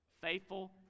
Faithful